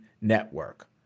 Network